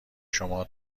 شما